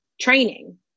training